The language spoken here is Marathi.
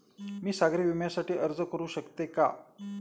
मी सागरी विम्यासाठी अर्ज करू शकते का?